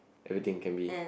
everything can be